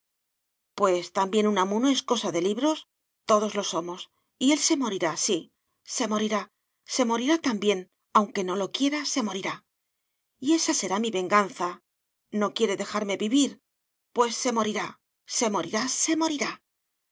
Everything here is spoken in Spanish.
pues también unamuno es cosa de libros todos lo somos y él se morirá sí se morirá se morirá también aunque no lo quiera se morirá y esa será mi venganza no quiere dejarme vivir pues se morirá se morirá se morirá